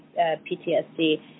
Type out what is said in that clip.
PTSD